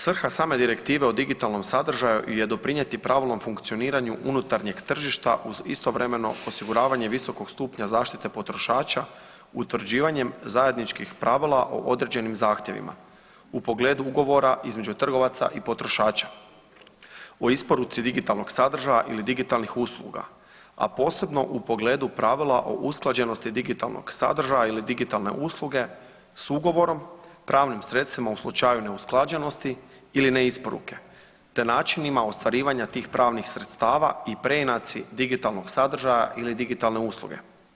Svrha same Direktive o digitalnom sadržaju je doprinijeti pravilnom funkcioniranju unutarnjeg tržišta uz istovremeno osiguravanje visokog stupnja zaštite potrošača utvrđivanjem zajedničkih pravila o određenim zahtjevima u pogledu ugovora između trgovaca i potrošača o isporuci digitalnog sadržaja ili digitalnih usluga, a posebno u pogledu pravila o usklađenosti digitalnog sadržaja ili digitalne usluge s ugovorom, pravnim sredstvima u slučaju neusklađenosti ili ne isporuke te načinima ostvarivanja tih pravnih sredstava i preinaci digitalnog sadržaja ili digitalne usluge.